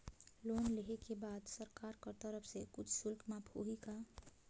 Loan लेहे के बाद सरकार कर तरफ से कुछ शुल्क माफ होही का?